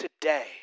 today